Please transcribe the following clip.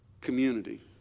community